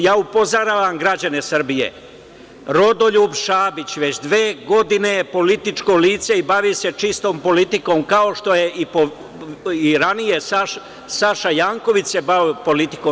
Ja upozoravam građane Srbije, Rodoljub Šabić, već dve godine je političko lice i bavi se čistom politikom, kao što je ranije radio i Saša Janković, bavio se politikom.